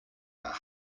are